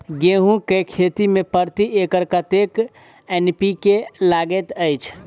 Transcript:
गेंहूँ केँ खेती मे प्रति एकड़ कतेक एन.पी.के लागैत अछि?